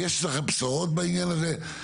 יש לכם בשורות בעניין הזה?